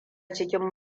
cikin